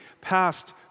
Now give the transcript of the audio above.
past